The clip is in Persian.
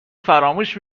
فراموش